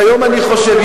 והיום אני חושב,